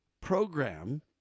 program